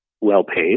well-paid